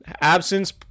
absence